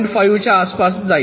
5 च्या जवळपास जाईल